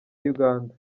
uganda